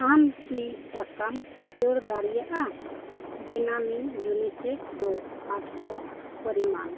ᱟᱢ ᱠᱤ ᱴᱟᱠᱟᱢ ᱩᱪᱟᱹᱲ ᱫᱟᱲᱮᱭᱟᱜᱼᱟ ᱵᱮᱱᱟᱹᱢᱤ ᱤᱭᱩᱱᱤᱥᱮᱯᱷ ᱫᱚ ᱟᱴᱥᱚ ᱯᱚᱨᱤᱢᱟᱱ